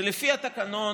שלפי התקנון